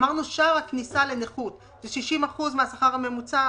אמרנו שער הכניסה לנכות הוא 60% מהשכר הממוצע,